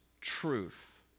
truth